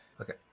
Okay